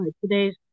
today's